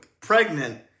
pregnant